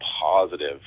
positive